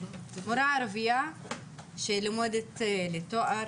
מורה ערבייה שלומדת לתואר,